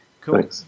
Cool